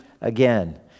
again